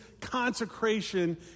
consecration